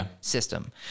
system